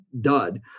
dud